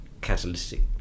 catalytic